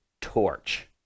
torch